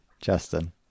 Justin